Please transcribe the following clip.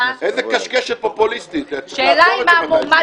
הינה, בבקשה, מה?